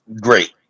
great